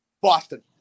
Boston